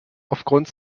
aufgrund